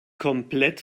komplett